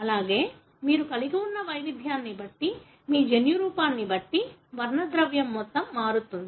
అలాగే మీరు కలిగి ఉన్న వైవిధ్యాన్ని బట్టి మీ జన్యురూపాన్ని బట్టి వర్ణద్రవ్యం మొత్తం మారుతుంది